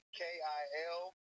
k-i-l